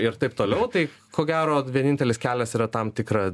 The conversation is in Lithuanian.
ir taip toliau tai ko gero vienintelis kelias yra tam tikra